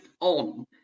on